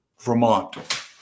Vermont